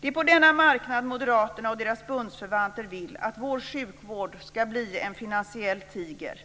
Det är på denna marknad Moderaterna och deras bundsförvanter vill att vår sjukvård ska bli en finansiell tiger.